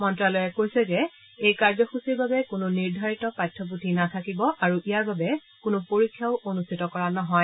মন্ত্যালয়ে কৈছে যে এই কাৰ্যসূচীৰ বাবে কোনো নিৰ্ধাৰিত পাঠ্যপুথি নাথাকিব আৰু ইয়াৰ বাবে কোনো পৰীক্ষাও অনুষ্ঠিত কৰা নহয়